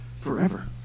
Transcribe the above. forever